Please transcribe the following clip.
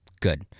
Good